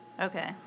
Okay